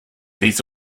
these